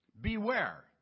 beware